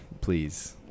Please